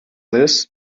this